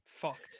Fucked